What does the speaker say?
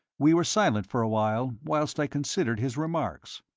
we were silent for a while, whilst i considered his remarks.